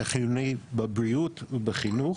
זה חיוני בבריאות ובחינוך